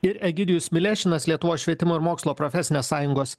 ir egidijus milešinas lietuvos švietimo ir mokslo profesinės sąjungos